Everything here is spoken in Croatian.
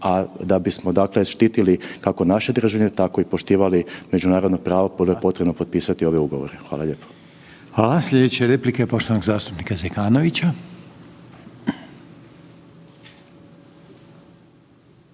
a da bismo štitili kako naše državljane tako i poštivali međunarodno pravo prvo je potrebno potpisati ove ugovore. Hvala lijepo. **Reiner, Željko (HDZ)** Hvala. Sljedeća replika je poštovanog zastupnika Zekanovića.